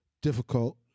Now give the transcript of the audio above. difficult